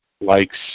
Likes